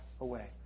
away